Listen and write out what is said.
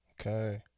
Okay